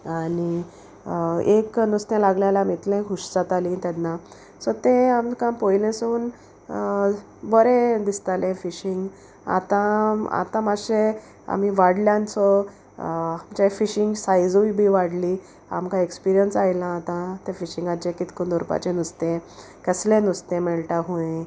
आनी एक नुस्तें लागलें जाल्यार आमी इतलें खूश जाताली तेन्ना सो ते आमकां पोयलें सून बरें दिसतालें फिशींग आतां आतां मातशें आमी वाडल्यान सो आमचे फिशींग सायजूय बी वाडली आमकां एक्सपिरियंस आयला आतां ते फिशींगाचे कितको दवरपाचे नुस्तें केसलें नुस्तें मेळटा खूंय